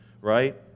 right